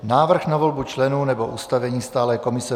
Návrh na volbu členů nebo ustavení stálé komise